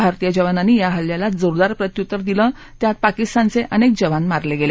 भारतीय जवानांनी या हल्ल्याला जोरदार प्रत्युत्तर दिलं त्यात पाकिस्तानचे अनेक जवान मारले गेले